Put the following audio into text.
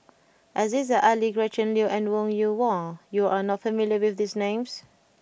Aziza Ali Gretchen Liu and Wong Yoon Wah you are not familiar with these names